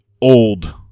old